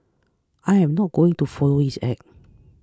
I am not going to follow his act